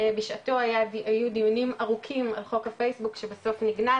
בשעתו היו דיונים ארוכים על חוק הפייסבוק שבסוף נגנז,